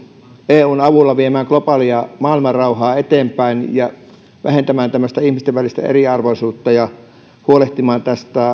eun avulla viemään globaalia maailmanrauhaa eteenpäin vähentämään tämmöistä ihmisten välistä eriarvoisuutta ja huolehtimaan